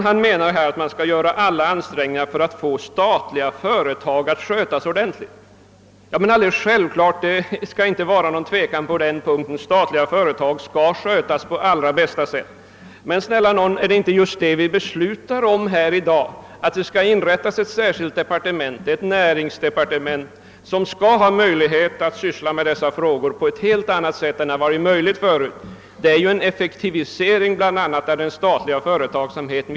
Han menade att vi måste anstränga oss för att få statliga företag som sköts ordentligt. På den punkten får det naturligtvis inte råda någon tvekan: statliga företag skall skötas på allra bästa sätt. Men vi skall ju i dag besluta om ett näringsdepartement, som skall ha möjlighet att syssla med dessa frågor på ett helt annat sätt än man tidigare kunnat göra. Det innebär en effektivisering av den statliga företagsamheten.